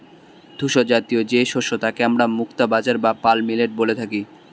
ধূসরজাতীয় যে শস্য তাকে আমরা মুক্তা বাজরা বা পার্ল মিলেট বলি